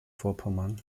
vorpommern